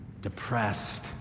depressed